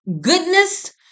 goodness